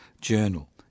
journal